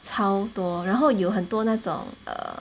超多然后有很多那种 err